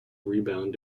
rebound